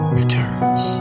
returns